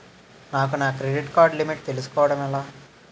నాకు నా credit card limit తెలుసుకోవడం ఎలా?